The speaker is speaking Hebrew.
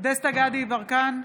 דסטה גדי יברקן,